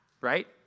right